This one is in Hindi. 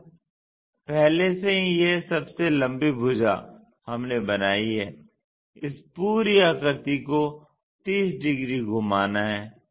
अब पहले से ही यह सबसे लंबी भुजा हमने बनाई है इस पूरी आकृति को 30 डिग्री घुमाना है